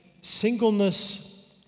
singleness